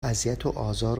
اذیتوآزار